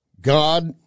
God